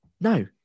No